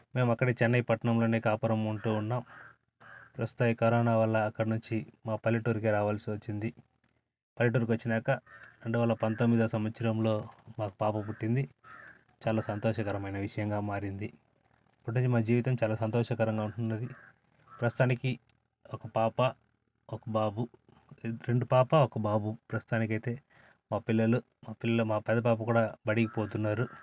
మేము అక్కడే చెన్నై పట్టణంలోనే కాపురం ఉంటు ఉన్నాం ప్రస్తుతం కరోనా వల్ల అక్కడ నుంచి ఆ పల్లెటూరికి రావలసి వచ్చింది పల్లెటూరికి వచ్చినాక రెండు వేల పంతొమ్మిదవ సంవత్సరంలో మాకు పాప పుట్టింది చాలా సంతోషకరమైన విషయంగా మారింది ఇప్పటికీ మా జీవితం చాలా సంతోషకరంగా ఉంటున్నది ప్రస్తుతానికి ఒక పాప ఒక బాబు రెండు పాప ఒక బాబు ప్రస్తుతానికి అయితే మా పిల్లలు మా పిల్లలు మా పెద్ద పాప కూడా బడికి పోతున్నారు